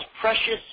precious